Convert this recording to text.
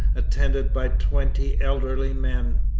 attended by twenty elderly men.